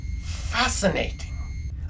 Fascinating